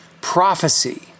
prophecy